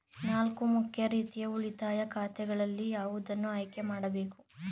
ನಾಲ್ಕು ಮುಖ್ಯ ರೀತಿಯ ಉಳಿತಾಯ ಖಾತೆಗಳಲ್ಲಿ ಯಾವುದನ್ನು ಆಯ್ಕೆ ಮಾಡಬೇಕು?